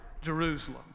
Jerusalem